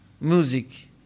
music